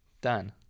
Done